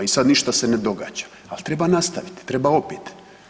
I sad ništa se ne događa, ali treba nastaviti, treba opet.